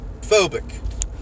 phobic